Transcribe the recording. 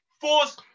force